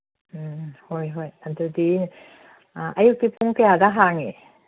ꯎꯝ ꯍꯣꯏ ꯍꯣꯏ ꯑꯗꯨꯗꯤ ꯑꯌꯨꯛꯀꯤ ꯄꯨꯡ ꯀꯌꯥꯗ ꯍꯥꯡꯉꯤ